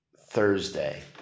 Thursday